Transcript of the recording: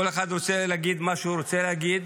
כל אחד רוצה להגיד מה שהוא רוצה להגיד,